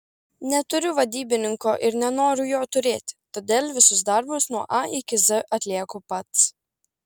neturiu vadybininko ir nenoriu jo turėti todėl visus darbus nuo a iki z atlieku pats